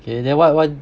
okay then what wha~